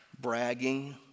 bragging